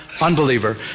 unbeliever